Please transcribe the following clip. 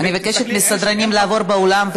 אני מבקשת מהסדרנים לעבור באולם,